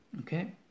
Okay